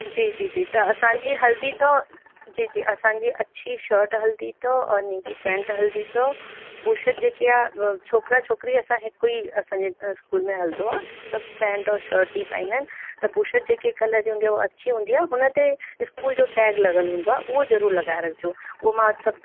जी जी जी त असांजी हलंदी अथव जी जी असांजी अछी शर्ट हलंदी अथव और नीरी पैंट हलंदी अथव बुशेट जेकी आहे व छोकिरा छोकिरी असां हिकु ई असांजे स्कूल में हलंदो आहे त पैंट और शर्ट ई पाईंदा आहिनि त बुशेट जेकी कलर जी हूंदी आहे उहा अछी हूंदी आहे हुन ते स्कूल जो टैग लॻियल हूंदो आहे उहो ज़रूरु लॻाए रखिजो उहो मां सभु